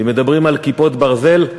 ואם מדברים על "כיפת ברזל",